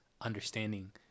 understanding